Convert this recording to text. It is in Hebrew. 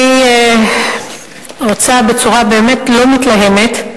אני רוצה בצורה באמת לא מתלהמת,